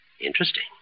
Interesting